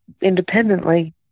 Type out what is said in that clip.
independently